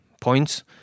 points